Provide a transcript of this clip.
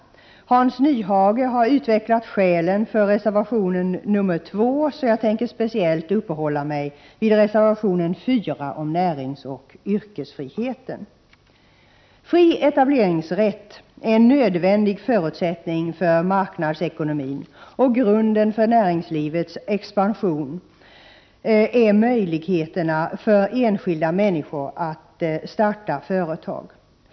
Hans Nyhage har utvecklat skälen för reservation nr 2, så jag tänker speciellt uppehålla mig vid reservation nr 4 om näringsoch yrkesfriheten. Fri etableringsrätt är en nödvändig förutsättning för marknadsekonomin, och grunden för näringslivets expansion är möjligheterna för enskilda människor att starta företag.